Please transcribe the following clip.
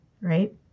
Right